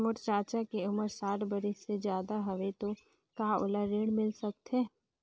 मोर चाचा के उमर साठ बरिस से ज्यादा हवे तो का ओला ऋण मिल सकत हे?